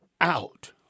out